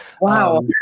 Wow